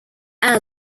were